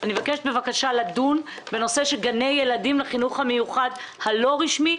אני מבקשת לדון בנושא של גני ילדים בחינוך המיוחד הלא רשמי,